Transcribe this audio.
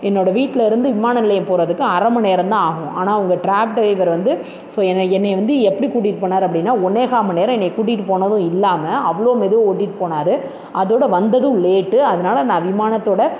என்னோடய வீட்டில் இருந்து விமான நிலையம் போகிறதுக்கு அரை மணி நேரம் தான் ஆகும் ஆனால் உங்கள் ட்ராப் ட்ரைவர் வந்து ஸோ என்னை என்னை வந்து எப்படி கூட்டிகிட்டு போனார் அப்படின்னா ஒன்றேகால் மணி நேரம் என்னை கூட்டிகிட்டு போனதும் இல்லாமல் அவ்வளோ மெதுவாக ஓட்டிட்டு போனார் அதோடு வந்ததும் லேட்டு அதனால் நான் விமானத்தோடய